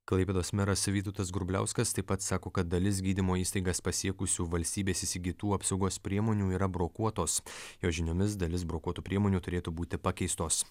klaipėdos meras vytautas grubliauskas taip pat sako kad dalis gydymo įstaigas pasiekusių valstybės įsigytų apsaugos priemonių yra brokuotos jo žiniomis dalis brokuotų priemonių turėtų būti pakeistos